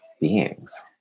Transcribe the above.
beings